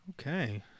Okay